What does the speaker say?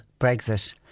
Brexit